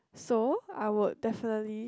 so I would definitely